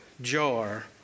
jar